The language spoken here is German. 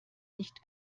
nicht